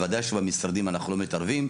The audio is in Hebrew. ודאי שבמשרדים אנחנו לא מתערבים.